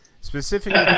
Specifically